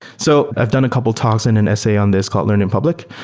so i've done a couple of talks and an essay on this called learn in public,